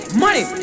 money